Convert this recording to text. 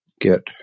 get